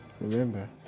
Remember